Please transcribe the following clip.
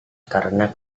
karena